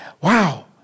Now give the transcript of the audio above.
Wow